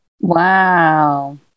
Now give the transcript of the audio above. Wow